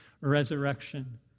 resurrection